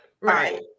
Right